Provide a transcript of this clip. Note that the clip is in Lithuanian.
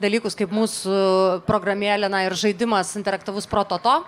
dalykus kaip mūsų programėlė na ir žaidimas interaktyvus prototo